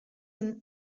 him